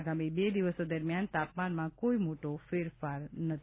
આગામી બે દિવસો દરમ્યાન તાપમાનમાં કોઇ મોટો ફેરફાર નથી